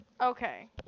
Okay